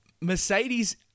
Mercedes